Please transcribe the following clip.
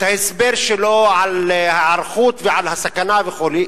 ההסבר שלו על ההיערכות ועל הסכנה וכדומה.